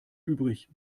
übrig